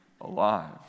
alive